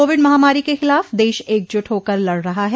Covid महामारी के खिलाफ देश एकजुट होकर लड़ रहा है